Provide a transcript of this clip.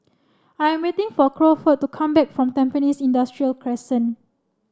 I'm waiting for Crawford to come back from Tampines Industrial Crescent